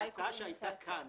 ההצעה שהייתה כאן